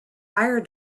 fire